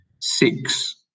six